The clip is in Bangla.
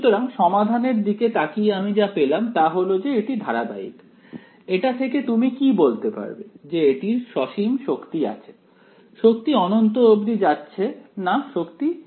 সুতরাং সমাধানের দিকে তাকিয়ে আমি যা পেলাম তা হল যে এটি ধারাবাহিক এটা থেকে তুমি কি বলতে পারবে যে এটির সসীম শক্তি আছে শক্তি অনন্ত অবধি যাচ্ছে না শক্তি সসীম